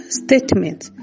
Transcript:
statements